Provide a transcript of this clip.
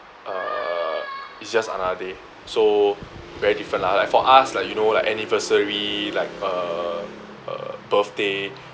uh it's just another day so very different lah like for us like you know like anniversary like uh uh birthday